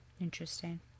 Interesting